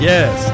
Yes